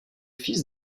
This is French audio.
fils